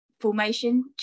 formation